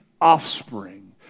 offspring